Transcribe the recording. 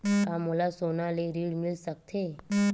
का मोला सोना ले ऋण मिल सकथे?